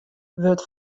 wurdt